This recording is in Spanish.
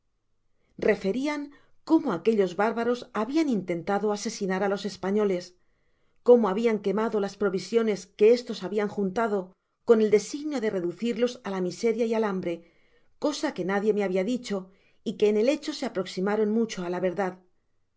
referian cómo aquellos bárbaros habian intentado asesinar álos españoles cómo habian quemado las provisiones que estos habian juntado con el designio de reducirlos á la miseria y al hambre cosa que nadie me habia dicho y que en el hecho se aproximaron mucho á la verdad mas